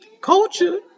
Culture